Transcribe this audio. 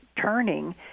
turning